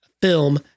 film